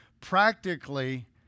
Practically